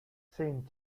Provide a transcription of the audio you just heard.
same